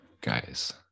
guys